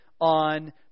on